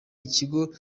ikigo